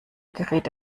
gerät